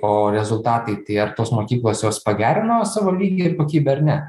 o rezultatai tie ar tos mokyklos jos pagerino savo lygį ir kokybę ar ne